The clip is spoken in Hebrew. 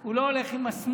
שהוא לא הולך עם השמאל.